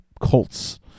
Colts